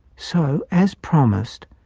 so, as promised,